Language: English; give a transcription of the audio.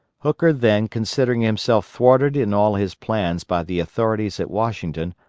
hooker then considering himself thwarted in all his plans by the authorities at washington,